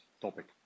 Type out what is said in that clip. topic